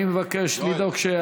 אני מבקש לבדוק.